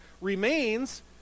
remains